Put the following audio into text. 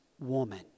woman